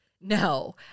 No